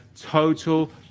total